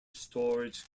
storage